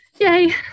Yay